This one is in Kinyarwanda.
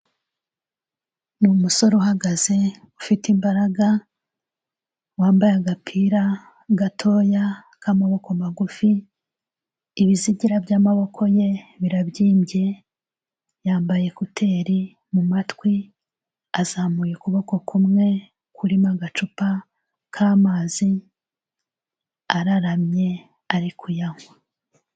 Ni umusore uhagaze ufite imbaraga, wambaye agapira gatoya k'amaboko magufi, ibizigira by'amaboko ye birabyimbye, yambaye ekuteri mu matwi, azamuye ukuboko kumwe kurimo agacupa k'amazi, araramye ari kuyanywa.